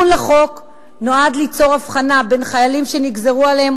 התיקון לחוק נועד ליצור הבחנה בין חיילים שנגזרו עליהם